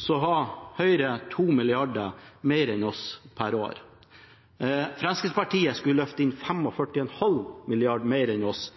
hadde Høyre 2 mrd. kr mer enn oss per år. Fremskrittspartiet skulle løfte inn 45,5 mrd. kr mer enn oss